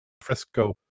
fresco